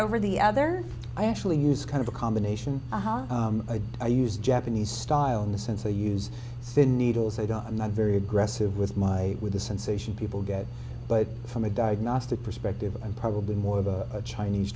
over the other i actually use kind of a combination of i use japanese style in the sense they use sin needles i don't i'm not very aggressive with my with the sensation people get but from a diagnostic perspective i'm probably more of a chinese